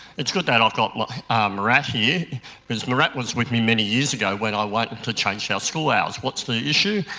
it's good that i've got like murat here because murat was with me many years ago when i wanted to change our school hours. what's the issue?